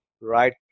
right